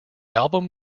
album